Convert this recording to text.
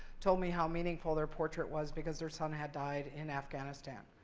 told me how meaningful their portrait was because their son had died in afghanistan.